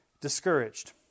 discouraged